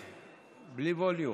דנית, בלי ווליום.